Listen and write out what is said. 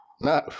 No